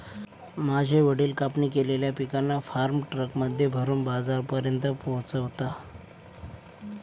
माझे वडील कापणी केलेल्या पिकांना फार्म ट्रक मध्ये भरून बाजारापर्यंत पोहोचवता